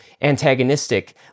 antagonistic